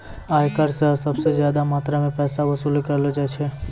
आयकर स सबस ज्यादा मात्रा म पैसा वसूली कयलो जाय छै